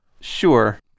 sure